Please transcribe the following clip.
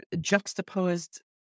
juxtaposed